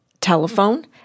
Telephone